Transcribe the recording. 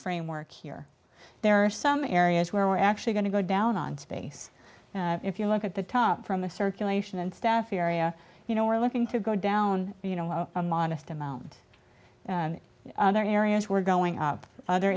framework here there are some areas where we're actually going to go down on space if you look at the top from a circulation and staff area you know we're looking to go down you know a modest amount there are areas we're going up other